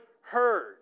heard